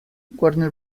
warner